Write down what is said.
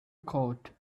coat